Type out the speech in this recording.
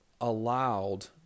allowed